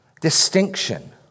distinction